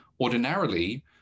ordinarily